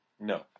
no